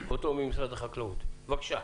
בבקשה.